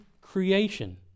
creation